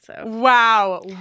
Wow